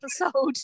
episode